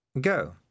go